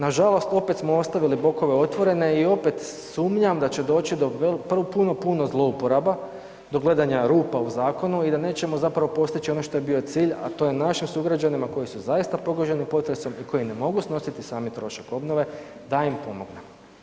Nažalost, opet smo ostavili bokove otvorene i opet sumnjam da će doći do puno, puno zlouporaba do gledanja rupa u zakonu i da nećemo zapravo postići ono što je bio cilj, a to je našim sugrađanima koji su zaista pogođeni potresom i koji ne mogu snositi sami trošak obnove da im pomognemo.